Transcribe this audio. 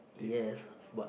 yes but